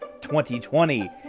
2020